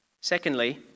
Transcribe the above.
Secondly